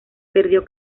perdió